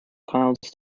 clouds